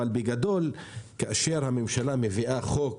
אבל בגדול, כאשר הממשלה מביאה חוק